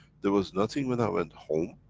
there was nothing when i went home,